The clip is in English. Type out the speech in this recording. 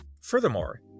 Furthermore